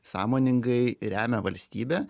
sąmoningai remia valstybę